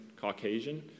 Caucasian